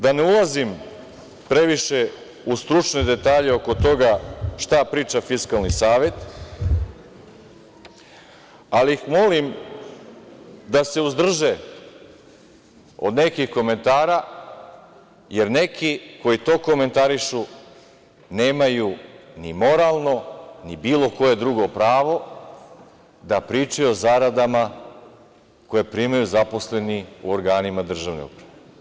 Da ne ulazim previše u stručne detalje oko toga šta priča Fiskalni savet, ali ih molim da se uzdrže od nekih komentara, jer neki koji to komentarišu nemaju ni moralno ni bilo koje drugo pravo da pričaju o zaradama koje primaju zaposleni u organima državne uprave.